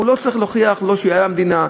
הוא לא צריך להוכיח לא שהוא היה במדינה,